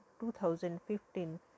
2015